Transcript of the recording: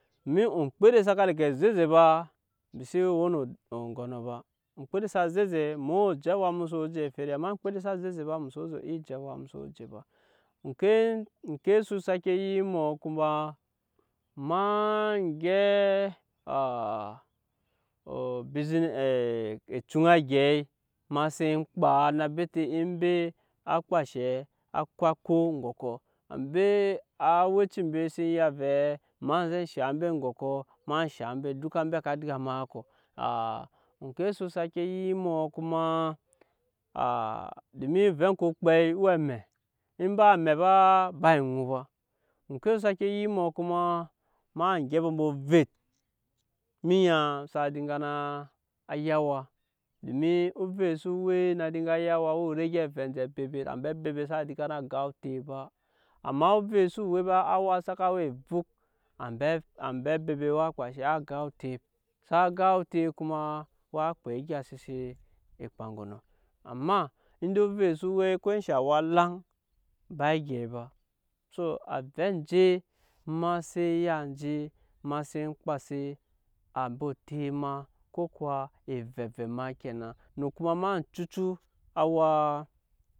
Domin oŋmkpede saka lega ze eze fa embi xse we no oŋgɔnɔ ba oŋmkpede saa ze eze mu woo je awa mu soo je eferem amma oŋmkpede xsa ze eze ba mu xso zɛ iya je awa mu soo je ba oŋke soo sake yik emɔ kuma ma gyɛp ecuŋa egyɛi ma sen kpa na bete embe á kpa eshɛ á ko eŋgɔkɔ ambe awɛci ambe se ya vɛɛ ma zɛ shaŋ mbe eŋgɔkɔ ma shaŋ duka embe ka dya ma kɔ a oŋke so sake yik emɔ kuma aa domin ovɛ oŋke okpɛi we amɛ in ba amɛ baa ba eŋu ba oŋke so sake yik emɔ kuma ma gyɛpe mbe ovet emenya sa dinga naa ya awa domin ovet so we á dinga na ya awa woo rege avɛ anje abebet ambe abebet xsa dinga naa gan otep ba amma ovet xso we ba awa saka we evup ambe abebet waa kpa enshɛ waa gan otep in sa á gan otep kuma waa kpa egya se si kpa oŋgɔnɔ amma indei ovet so we ko enshɛ awa laŋ ba eŋgyɛi ba avɛ anje ma sen ya ma sen kpase ambe otep ma ko kuwa evɛvɛ ma kenan no kuma ma cucu awaa.